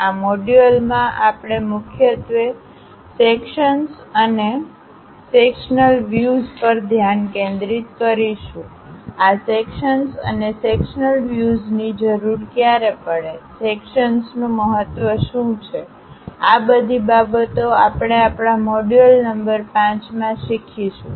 આ મોડ્યુલમાં આપણે મુખ્યત્વે સેક્શન્સ અને સેક્શનલ વ્યુઝ પર ધ્યાન કેન્દ્રિત કરીશું આ સેક્શન્સ અને સેક્શનલ વ્યુઝની જરૂર ક્યારે પડે સેક્શન્સનું મહત્વ શું છેઆ બધી બાબતો આપણે આપણા મોડ્યુલ નંબર 5 માં શીખીશું